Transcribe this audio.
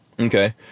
Okay